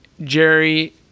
jerry